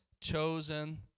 Chosen